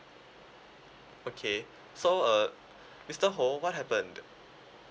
okay so uh mister ho what happened